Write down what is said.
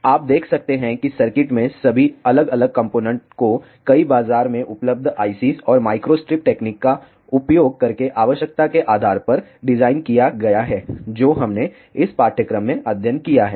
तो आप देख सकते हैं कि सर्किट में सभी अलग अलग कॉम्पोनेन्ट को कई बाजार में उपलब्ध ICs और माइक्रोस्ट्रिप टेक्निक का उपयोग करके आवश्यकता के आधार पर डिज़ाइन किया गया है जो हमने इस पाठ्यक्रम में अध्ययन किया है